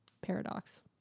paradox